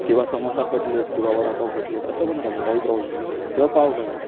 किंवा समोसा कटलेट किंवा वडापाव कटलेट असं पण चालेल काही प्रॉब्लेम नाही किंवा पावभाजी